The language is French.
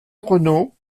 renault